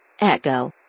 Echo